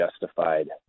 justified